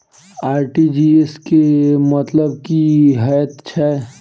RTGS केँ मतलब की हएत छै?